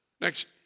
Next